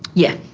yeah,